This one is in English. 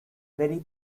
very